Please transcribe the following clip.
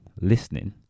listening